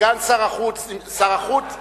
שר החוץ עצמו,